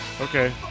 Okay